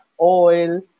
oil